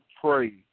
pray